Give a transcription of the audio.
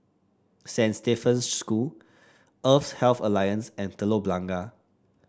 Saint Stephen's School Eastern Health Alliance and Telok Blangah